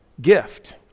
gift